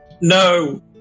No